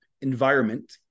environment